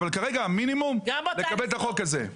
אבל כרגע המינימום זה לקבל את החוק הזה.